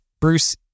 Bruce